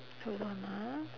hold on lah